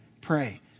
pray